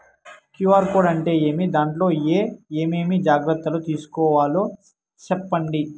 QR code అంటే ఏమి? దాంట్లో ఏ ఏమేమి జాగ్రత్తలు తీసుకోవాలో సెప్పండి?